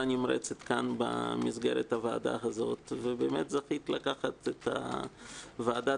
הנמרצת כאן במסגרת הוועדה הזאת ובאמת זכית לקחת את הוועדה.